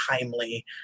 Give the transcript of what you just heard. timely